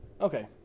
Okay